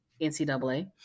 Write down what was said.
NCAA